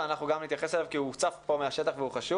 אבל אנחנו גם נתייחס אליו כי הוא קצת פה מהשטח והוא חשוב.